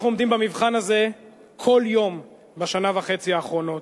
אנחנו עומדים במבחן הזה כל יום בשנה וחצי האחרונות,